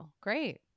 Great